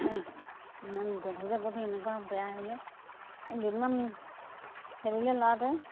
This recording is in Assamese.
ইমান গধূৰ যে গধূৰ এনেকুৱা বেয়া আহিলে দুদিনমান খেলিলে ল'ৰাটোৱে